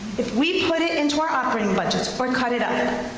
if we put it into our operating budgets or cut it up,